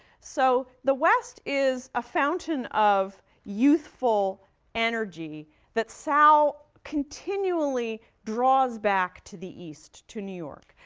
so, the west is a fountain of youthful energy that sal continually draws back to the east, to new york.